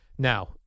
Now